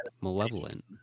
malevolent